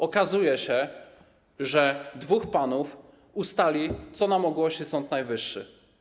Okazuje się, że dwóch panów ustali, co nam ogłosi Sąd Najwyższy.